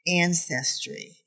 ancestry